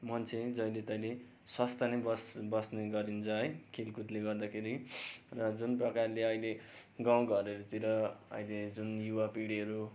मान्छे नि जहिले तहिले स्वास्थ्य नै बस् बस्ने गरिन्छ है खेलकुदले गर्दाखेरि र जुन प्रकारले अहिले गाउँघरहरूतिर अहिले जुन युवा पिँढीहरू